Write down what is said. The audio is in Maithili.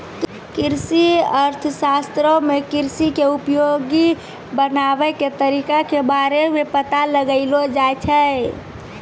कृषि अर्थशास्त्रो मे कृषि के उपयोगी बनाबै के तरिका के बारे मे पता लगैलो जाय छै